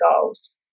goals